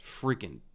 freaking